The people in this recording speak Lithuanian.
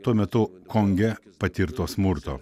tuo metu konge patirto smurto